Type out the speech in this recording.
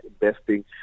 investing